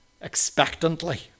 expectantly